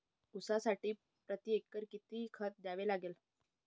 ऊसासाठी प्रतिएकर किती खत द्यावे लागेल?